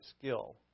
skill